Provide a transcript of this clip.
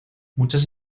muchas